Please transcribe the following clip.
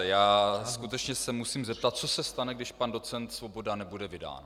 Já se skutečně musím zeptat, co se stane, když pan docent Svoboda nebude vydán.